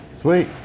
sweet